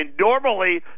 normally